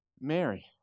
Mary